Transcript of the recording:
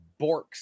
borks